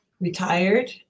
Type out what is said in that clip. retired